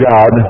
God